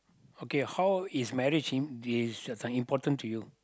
okay how is marriage in this uh this one important to you